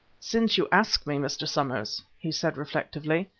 since you ask me, mr. somers, he said, reflectively,